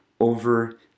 over